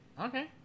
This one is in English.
Okay